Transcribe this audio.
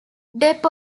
depp